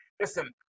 Listen